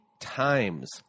times